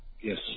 Yes